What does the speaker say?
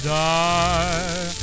die